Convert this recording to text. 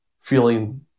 feeling